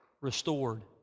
restored